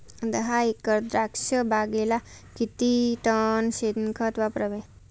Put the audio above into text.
दहा एकर द्राक्षबागेला किती टन शेणखत वापरावे?